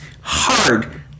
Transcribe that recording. Hard